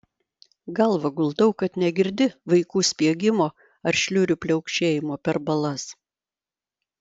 galvą guldau kad negirdi vaikų spiegimo ar šliurių pliaukšėjimo per balas